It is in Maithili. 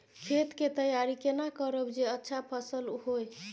खेत के तैयारी केना करब जे अच्छा फसल होय?